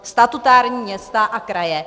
Statutární města a kraje.